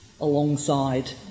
alongside